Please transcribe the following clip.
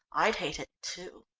i'd hate it, too!